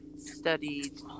Studied